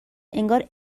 انگار